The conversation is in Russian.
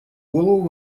голову